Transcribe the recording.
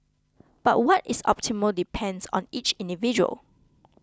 but what is optimal depends on each individual